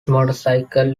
motorcycle